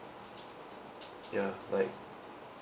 ya like